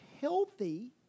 healthy